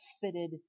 fitted